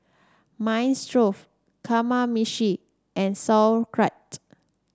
Minestrone Kamameshi and Sauerkraut